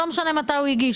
לא משנה מתי הוא הגיש,